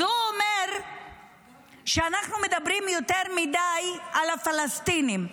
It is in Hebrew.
אז הוא אומר שאנחנו מדברים יותר מדי על הפלסטינים.